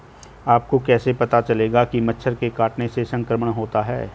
आपको कैसे पता चलेगा कि मच्छर के काटने से संक्रमण होता है?